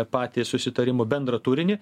patį susitarimo bendrą turinį